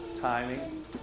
timing